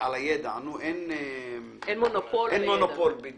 אין מונופול על